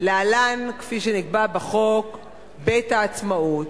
להלן כפי שנקבעה בחוק בית העצמאות,